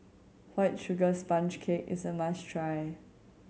White Sugar Sponge Cake is a must try